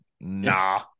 Nah